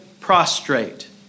prostrate